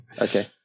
okay